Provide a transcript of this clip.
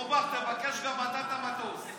אורבך, תבקש גם אתה את המטוס.